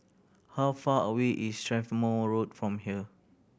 how far away is Strathmore Road from here